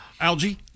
algae